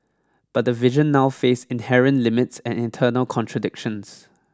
but the vision now face inherent limits and internal contradictions